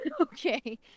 Okay